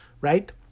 right